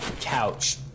couch